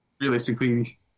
Realistically